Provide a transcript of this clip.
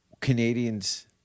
Canadians